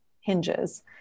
hinges